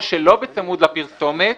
או שלא בצמוד לפרסומת